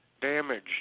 damage